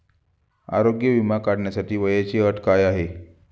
आरोग्य विमा काढण्यासाठी वयाची अट काय आहे?